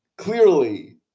Clearly